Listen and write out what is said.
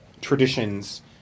traditions